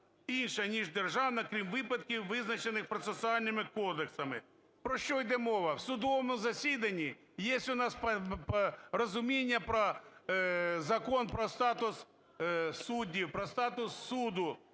інша, ніж державна, крім випадків, визначених процесуальними кодексами. Про що йде мова? В судовому засіданні есть у нас розуміння про Закон про статус суддів, про статус суду,